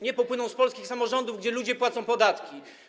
Nie, popłyną z polskich samorządów, gdzie ludzie płacą podatki.